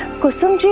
kusum